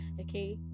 Okay